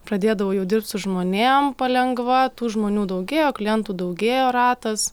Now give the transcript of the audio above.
pradėdavau jau dirbt su žmonėm palengva tų žmonių daugėjo klientų daugėjo ratas